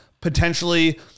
potentially –